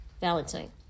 valentine